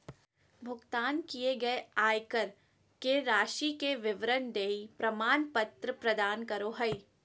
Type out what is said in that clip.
भुगतान किए गए आयकर के राशि के विवरण देहइ प्रमाण पत्र प्रदान करो हइ